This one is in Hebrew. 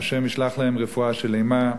ה' ישלח להם רפואה שלמה,